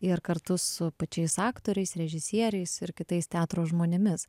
ir kartu su pačiais aktoriais režisieriais ir kitais teatro žmonėmis